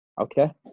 Okay